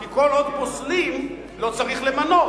כי כל עוד פוסלים, לא צריך למנות.